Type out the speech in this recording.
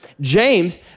James